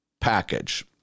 package